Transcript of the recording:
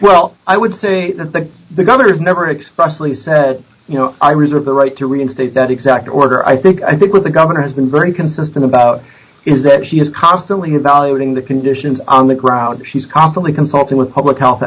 well i would say that that the governor is never explicitly said you know i reserve the right to reinstate that exact order i think i think what the governor has been very consistent about is that she is constantly evaluating the conditions on the crowd she's constantly consulting with public health